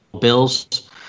bills